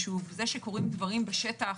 שקורים דברים בשטח,